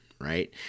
right